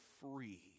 free